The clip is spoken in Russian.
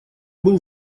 был